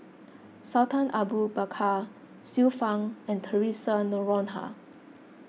Sultan Abu Bakar Xiu Fang and theresa Noronha